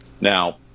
now